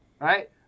right